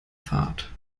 fahrt